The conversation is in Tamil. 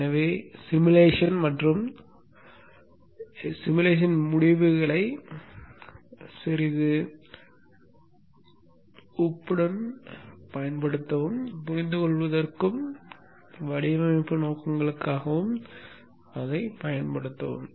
எனவே உருவகப்படுத்துதல் மற்றும் உருவகப்படுத்துதல் முடிவுகளை சிட்டிகை உப்புடன் பயன்படுத்தவும் புரிந்துகொள்வதற்கும் வடிவமைப்பு நோக்கங்களுக்காகவும் அதைப் பயன்படுத்தவும்